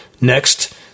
Next